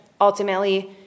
ultimately